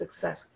success